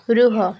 ରୁହ